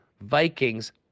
Vikings